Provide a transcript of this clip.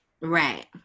right